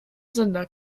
sender